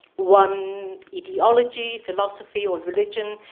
one ideology, philosophy or religion,